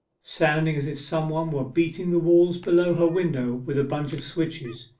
sounding as if some one were beating the wall below her window with a bunch of switches.